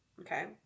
Okay